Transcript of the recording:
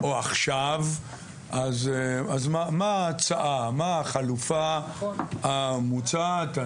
מה החלופה המוצעת.